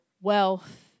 wealth